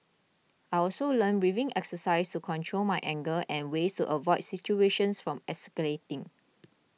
I also learnt breathing exercises to control my anger and ways to avoid situations from escalating